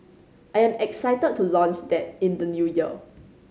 I am excited to launch that in the New Year